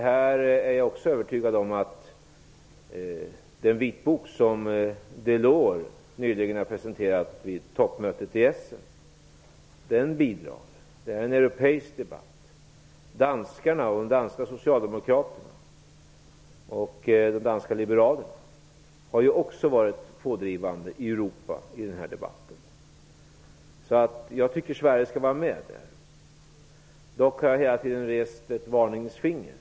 Här är jag också övertygad om att den vitbok som Delors nyligen har presenterat vid toppmötet i Essen bidrar. Det är en europeisk debatt. Danskarna, de danska socialdemokraterna och de danska liberalerna, har också varit pådrivande i Europa i den här debatten. Jag tycker att Sverige skall vara med där. Dock har jag hela tiden rest ett varningens finger.